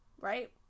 right